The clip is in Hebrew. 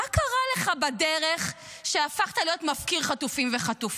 מה קרה לך בדרך שהפכת להיות מפקיר חטופים וחטופות?